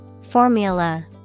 Formula